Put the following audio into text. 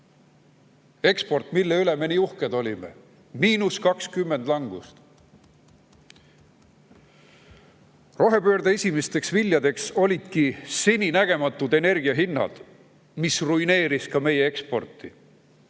Eksport, mille üle me nii uhked olime: 20% langust. Rohepöörde esimesteks viljadeks olid seninägematud energiahinnad, mis ruineerisid ka meie eksporti. Paraku